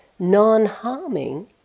Non-harming